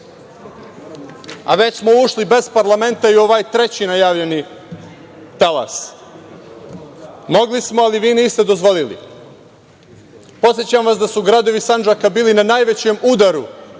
a već smo ušli bez parlamenta u ovaj treći najavljeni talas. Mogli samo, ali vi niste dozvolili. Podsećam vas da su gradovi Sandžaka bili na najvećem udaru